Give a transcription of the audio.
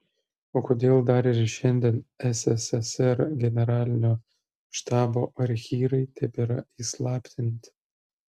o kodėl dar ir šiandien sssr generalinio štabo archyvai tebėra įslaptinti